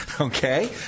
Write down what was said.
Okay